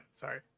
sorry